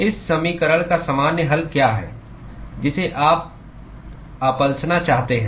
इस समीकरण का सामान्य हल क्या है जिसे आप आप्लसना चाहते हैं